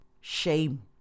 Shame